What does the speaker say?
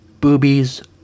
boobies